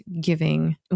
giving